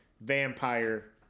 vampire